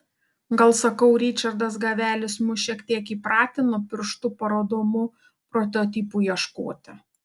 gal sakau ričardas gavelis mus šiek tiek įpratino pirštu parodomų prototipų ieškoti